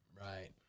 Right